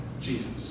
Jesus